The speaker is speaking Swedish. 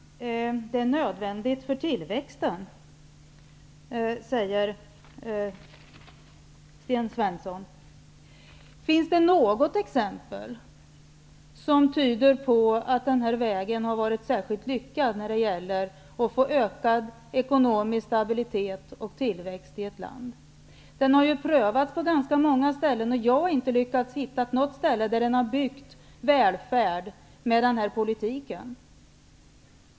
Herr talman! Det är nödvändigt för tillväxten, säger Sten Svensson apropå förändringarna. Men finns det något exempel på att den här vägen varit särskilt lyckad när det gäller att skapa ökad eko nomisk stabilitet och tillväxt i ett land? Denna väg har prövats på ganska många ställen. Men jag har inte lyckats finna att man på något ställe har byggt upp en välfärd med den här politiken.